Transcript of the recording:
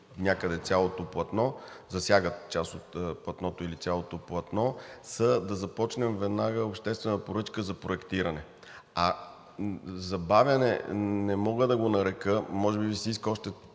някъде цялото платно, засягат част от платното или цялото платно, са да започнем веднага обществена поръчка за проектиране. Забавяне не мога да го нарека. Може би Ви се иска още